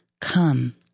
Come